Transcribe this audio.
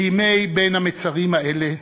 בימי בין-המצרים האלה,